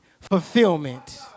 fulfillment